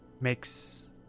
Makes